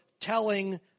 telling